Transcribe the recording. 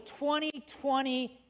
2020